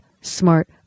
smart